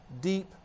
deep